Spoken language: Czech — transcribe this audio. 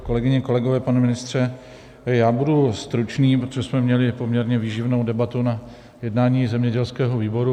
Kolegyně, kolegové, pane ministře, já budu stručný, protože jsme měli poměrně výživnou debatu na jednání zemědělského výboru.